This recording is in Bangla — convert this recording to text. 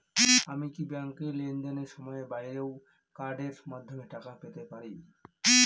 আমি কি ব্যাংকের লেনদেনের সময়ের বাইরেও কার্ডের মাধ্যমে টাকা পেতে পারি?